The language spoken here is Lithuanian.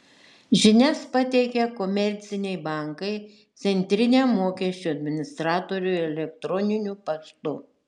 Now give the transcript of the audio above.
žinias pateikia komerciniai bankai centriniam mokesčių administratoriui elektroniniu paštu